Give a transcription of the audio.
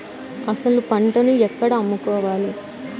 అసలు పంటను ఎక్కడ అమ్ముకోవాలి?